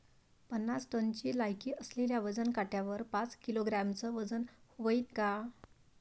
पन्नास टनची लायकी असलेल्या वजन काट्यावर पाच किलोग्रॅमचं वजन व्हईन का?